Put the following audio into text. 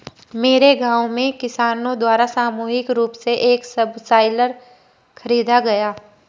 मेरे गांव में किसानो द्वारा सामूहिक रूप से एक सबसॉइलर खरीदा गया